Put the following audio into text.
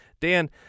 Dan